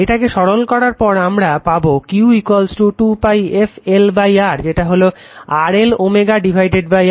এটাকে সরল করার পর আমারা পাবো Q 2 π f LR যেটা হলো RL ω R